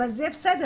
אבל זה יהיה בסדר,